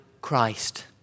Christ